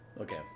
Okay